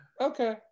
Okay